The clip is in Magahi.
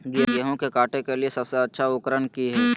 गेहूं के काटे के लिए सबसे अच्छा उकरन की है?